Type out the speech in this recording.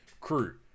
crew